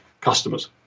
customers